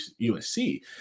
USC